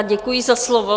Děkuji za slovo.